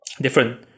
different